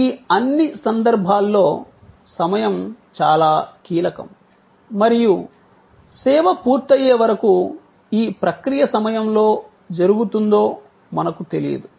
ఈ అన్ని సందర్భాల్లో సమయం చాలా కీలకం మరియు సేవ పూర్తయ్యే వరకు ఈ ప్రక్రియ సమయం లో జరుగుతుందో మనకు తెలియదు